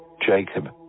Jacob